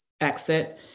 exit